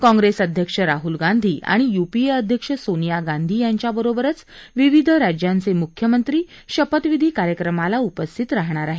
काँग्रेस अध्यक्ष राहल गांधी आणि य्पीए अध्यक्ष सोनिया गांधी यांच्याबरोबरच विविध राज्यांचे म्ख्यमंत्री शपथविधी कार्यक्रमाला उपस्थित राहणार आहेत